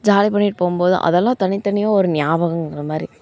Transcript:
ஜாலியாக பண்ணிகிட்டுப் போகும்போது அதெல்லாம் தனித்தனி ஒரு ஞாபகங்கிற மாதிரி